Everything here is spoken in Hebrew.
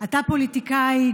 אתה פוליטיקאי,